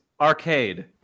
arcade